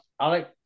Alex